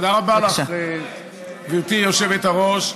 תודה רבה לך, גברתי היושבת-ראש.